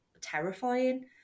terrifying